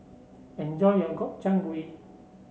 enjoy your Gobchang Gui